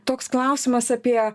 toks klausimas apie